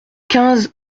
quinze